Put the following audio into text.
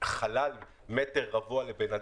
חלל מטר רבוע לבן אדם,